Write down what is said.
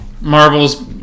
Marvel's